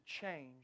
change